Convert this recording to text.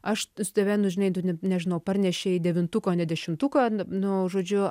aš tave nu žinai tu nežinau parnešei devintuką ne dešimtuką nu žodžiu